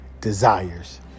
desires